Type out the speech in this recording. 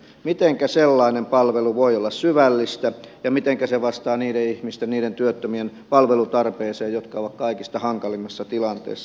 mitenkä sellainen palvelu voi olla syvällistä ja mitenkä se vastaa niiden ihmisten niiden työttömien palvelutarpeeseen jotka ovat kaikista hankalimmassa tilanteessa